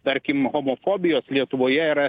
tarkim homofobijos lietuvoje yra